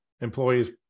Employees